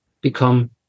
become